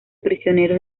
prisioneros